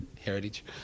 heritage